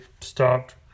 stopped